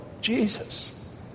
Jesus